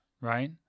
right